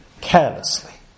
carelessly